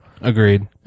Agreed